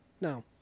No